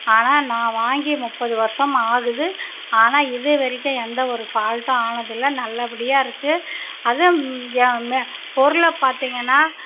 ஆனால் நான் வாங்கி முப்பது வருஷம் ஆகுது ஆனால் இது வரைக்கும் எந்த ஒரு ஃபால்ட்டும் ஆனது இல்லை நல்லபடியாக இருக்கு அதுவும் ஏன் பொருளை பார்த்திங்கன்னா